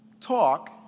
talk